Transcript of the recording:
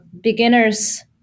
beginners